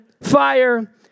fire